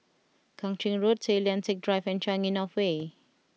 Kang Ching Road Tay Lian Teck Drive and Changi North Way